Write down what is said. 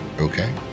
okay